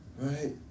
Right